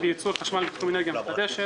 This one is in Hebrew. וייצור חשמל בתחום האנרגיה המתחדשת.